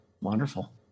Wonderful